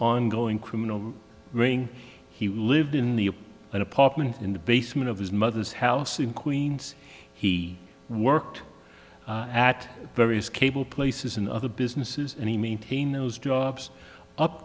criminal ring he lived in the apartment in the basement of his mother's house in queens he worked at various cable places and other businesses and he maintained those jobs up